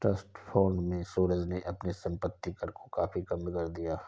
trust fund से सूरज ने अपने संपत्ति कर को काफी कम कर दिया